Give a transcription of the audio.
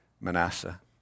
Manasseh